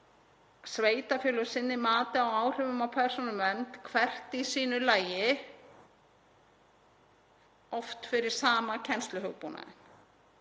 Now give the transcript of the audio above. sveitarfélög sinni mati á áhrifum á persónuvernd hvert í sínu lagi, oft fyrir sama kennsluhugbúnaðinn.